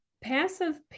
passive